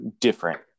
different